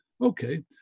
Okay